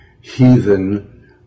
heathen